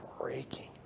breaking